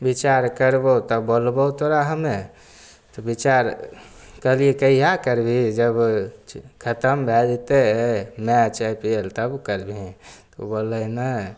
बिचार करबौ तब बोलबौ तोरा हमे तऽ बिचार कहलियै कहिया करभी जब खत्म भए जेतै मैच आई पी एल तब करभी तऽ ओ बोललै नहि